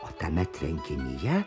o tame tvenkinyje